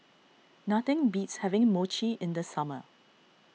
nothing beats having Mochi in the summer